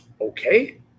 okay